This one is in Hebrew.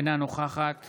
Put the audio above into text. אינה נוכחת